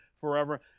forever